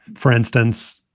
for instance,